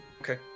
Okay